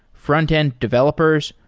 frontend developers,